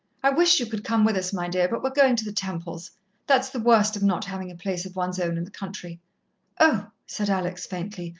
i wish you could come with us, my dear, but we're going to the temples' that's the worst of not having a place of one's own in the country oh, said alex faintly,